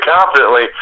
confidently